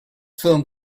film